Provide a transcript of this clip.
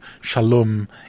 shalom